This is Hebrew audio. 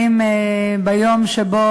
ביום שבו